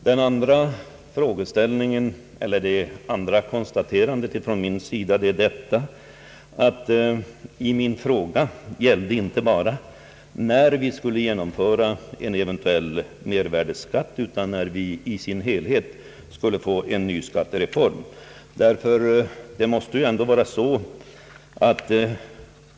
Det andra konstaterandet från min sida är att min fråga gällde inte bara när vi skulle genomföra en eventuell mervärdeskatt utan när vi skulle få en ny skattereform i dess helhet.